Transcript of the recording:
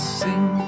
sing